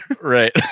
Right